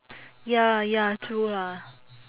ya ya true ah